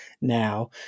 now